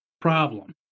problem